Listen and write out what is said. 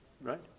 Right